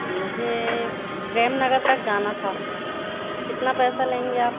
मुझे प्रेमनगर तक जाना था कितना पैसा लेंगे आप